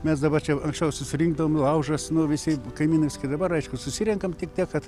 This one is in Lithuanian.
mes dabar čia anksčiau susirinkdavom laužas nu visi kaimynai visokie dabar aišku susirenkam tik tiek kad